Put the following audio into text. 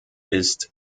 ist